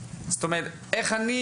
איך אני,